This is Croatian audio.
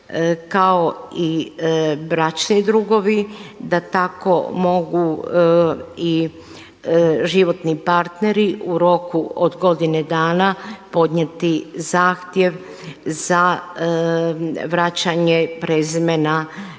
kao i bračni drugovi da tamo mogu i životni partneri u roku od godine dana podnijeti zahtjev za vraćanje prezimena